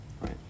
right